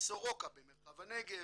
סורוקה במרחב הנגב,